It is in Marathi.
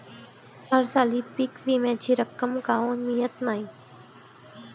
हरसाली पीक विम्याची रक्कम काऊन मियत नाई?